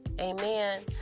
Amen